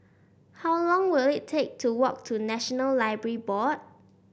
how long will it take to walk to National Library Board